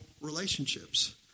relationships